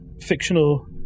Fictional